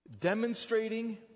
demonstrating